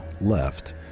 left